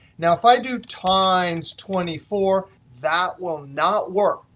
now if i do times twenty four, that will not work,